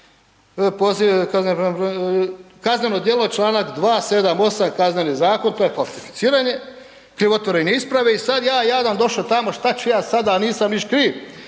kazneno djelo čl. 278. Kazneni zakon, to je falsificiranje, krivotvorenje isprave i sad ja jadan došao tamo, što ću ja sada, nisam ništa kriv.